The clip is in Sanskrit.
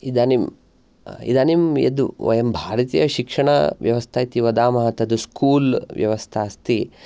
इदानीं इदानीं यद् वयं भारतीयशिक्षणव्यवस्था इति वदामः तद् स्कूलव्यवस्था अस्ति